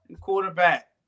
Quarterback